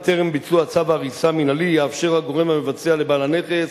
בטרם ביצוע צו הריסה מינהלי יאפשר הגורם המבצע לבעל הנכס,